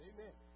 Amen